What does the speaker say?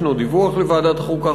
יש דיווח לוועדת החוקה,